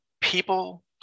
people